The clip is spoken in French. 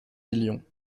millions